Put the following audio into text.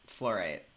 Fluorite